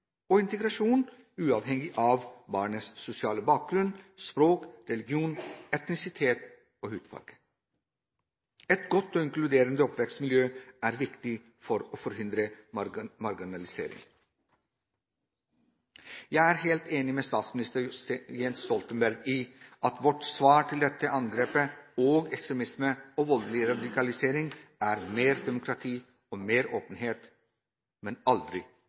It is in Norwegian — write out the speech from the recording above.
integrasjon, uavhengig av barnets sosiale bakgrunn, språk, religion, etnisitet og hudfarge. Et godt og inkluderende oppvekstmiljø er viktig for å forhindre marginalisering. Jeg er helt enig med statsminister Jens Stoltenberg i at vårt svar på dette angrepet, og på ekstremisme og voldelig radikalisering, er mer demokrati og mer åpenhet, men aldri